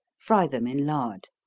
fry them in lard.